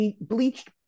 bleached